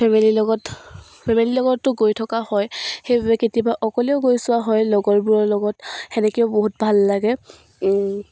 ফেমিলিৰ লগত ফেমিলিৰ লগতো গৈ থকা হয় সেইবাবে কেতিয়াবা অকলেও গৈ চোৱা হয় লগৰবোৰৰ লগত সেনেকেও বহুত ভাল লাগে